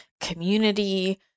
community